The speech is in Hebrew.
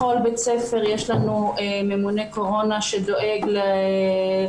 בכל בית ספר יש לנו ממונה קורונה שדואג להסברה.